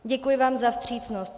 Děkuji vám za vstřícnost.